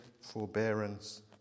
forbearance